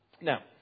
Now